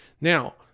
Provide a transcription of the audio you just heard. Now